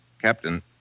Captain